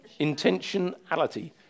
intentionality